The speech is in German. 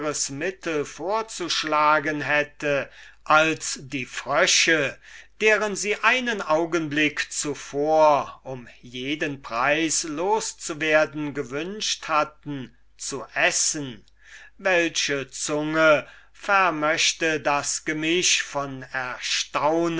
mittel vorzuschlagen hätte als die frösche deren sie einen augenblick zuvor um jeden preis los zu werden gewünscht hatten zu essen welche zunge vermöchte das gemisch von